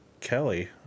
Kelly